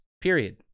period